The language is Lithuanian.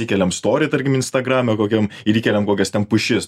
įkeliam storį tarkim instagrame kokiam ir įkeliam kokias ten pušis